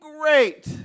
great